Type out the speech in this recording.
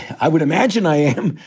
i would imagine i am.